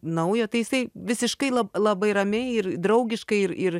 naujo tai jisai visiškai labai ramiai ir draugiškai ir ir